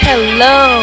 Hello